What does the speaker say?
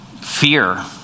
fear